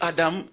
Adam